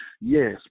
Yes